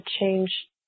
change